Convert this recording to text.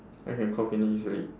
I can clock in it easily